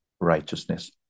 righteousness